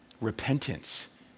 repentance